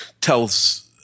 tells